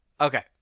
Okay